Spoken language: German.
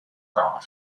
dar